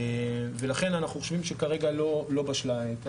ולכן אנחנו חושבים שכרגע לא בשלה העת.